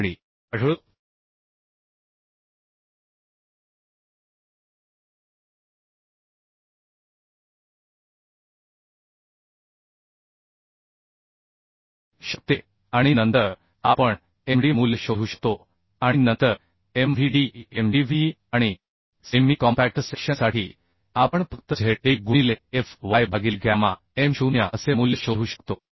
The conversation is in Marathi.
आढळू शकते आणि नंतर आपण Md मूल्य शोधू शकतो आणि नंतर MvdMdv आणि सेमी कॉम्पॅक्ट सेक्शनसाठी आपण फक्त z e गुणिले f y भागिले गॅमा m0 असे मूल्य शोधू शकतो